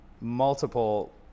multiple